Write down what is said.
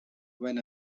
when